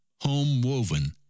home-woven